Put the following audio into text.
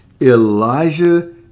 Elijah